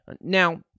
Now